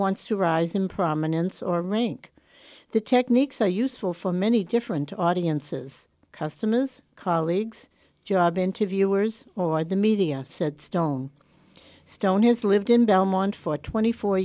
wants to rise in prominence or rank the techniques are useful for many different audiences customers colleagues job interview words or the media said stone stone has lived in belmont for twenty four